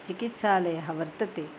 चिकित्सालयः वर्तते